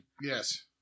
Yes